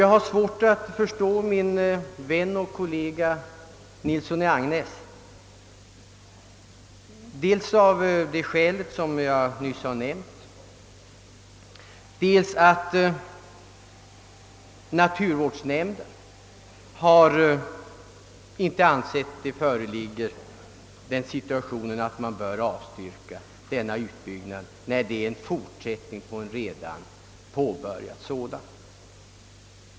Jag har svårt att förstå min vän och kollega herr Nilsson i Agnäs dels av den orsak som jag nyss har nämnt, dels därför att naturvårdsnämnden inte har ansett situationen vara sådan, att en utbyggnad bör avstyrkas, eftersom den är en fortsättning på ett redan påbörjat arbete.